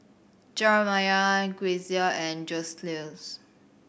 Jerimiah Grecia and Joseluis